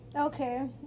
Okay